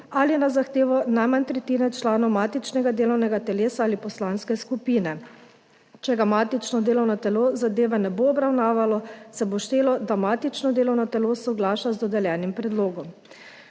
ali na zahtevo najmanj tretjine članov matičnega delovnega telesa ali poslanske skupine. Če matično delovno telo zadeve ne bo obravnavalo, se bo štelo, da matično delovno telo soglaša z dodeljenim predlogom.